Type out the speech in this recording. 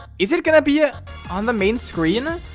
is it gonna be it on the main screen er?